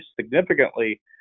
significantly